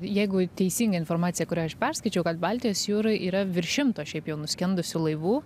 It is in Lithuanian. jeigu teisinga informacija kurią aš perskaičiau kad baltijos jūroj yra virš šimto šiaip jau nuskendusių laivų